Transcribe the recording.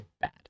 bad